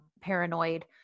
paranoid